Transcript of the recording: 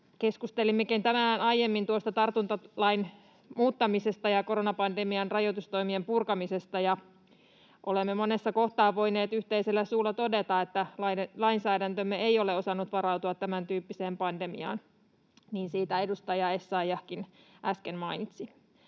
Keskustelimmekin tänään aiemmin tartuntalain muuttamisesta ja koronapandemian rajoitustoimien purkamisesta. Olemme monessa kohtaa voineet yhteisellä suulla todeta, että lainsäädäntömme ei ole osannut varautua tämäntyyppiseen pandemiaan. Siitä edustaja Essayahkin äsken mainitsi.